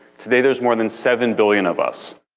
today there's more than seven billion of us.